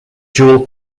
jewell